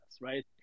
right